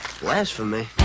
Blasphemy